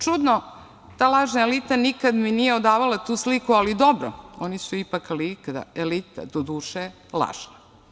Čudno, ta lažna elita nikada mi nije odavala tu sliku, ali dobro oni su ipak elita, doduše, lažna.